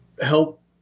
help